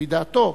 לפי דעתו,